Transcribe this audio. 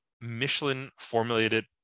Michelin-formulated